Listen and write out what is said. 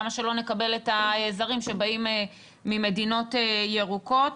למה שלא נקבל את הזרים שבאים ממדינות ירוקות?